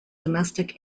domestic